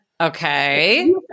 Okay